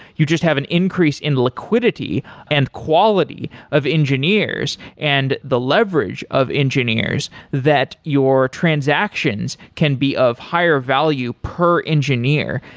you just have an increase in liquidity and quality of engineers and the leverage of engineers that your transactions can be of higher value per engineer.